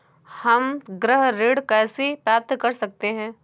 हम गृह ऋण कैसे प्राप्त कर सकते हैं?